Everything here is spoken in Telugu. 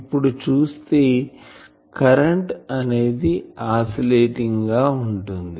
ఇప్పుడు చూస్తే కరెంటు అనేది ఆసిలెటింగ్గా ఉంటుంది